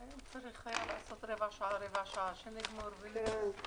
הישיבה ננעלה בשעה 09:45.